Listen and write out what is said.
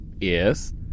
Yes